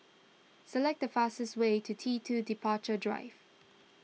select the fastest way to T two Departure Drive